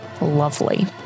Lovely